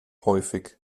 häufig